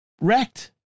wrecked